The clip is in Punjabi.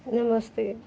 ਨਮਸਤੇ